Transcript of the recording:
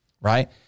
right